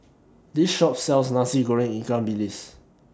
This Shop sells Nasi Goreng Ikan Bilis